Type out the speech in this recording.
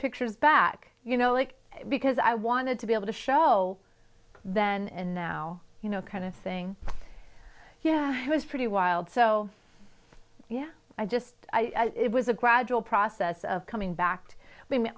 pictures back you know like because i wanted to be able to show then and now you know kind of thing yeah it was pretty wild so yeah i just it was a gradual process of coming back